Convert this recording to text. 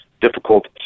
difficult